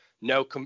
no